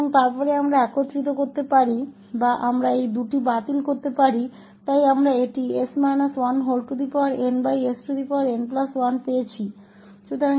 और फिर हम गठबंधन कर सकते हैं या हम इन दोनों को रद्द कर सकते हैं इसलिए हमें यह मिला nsn1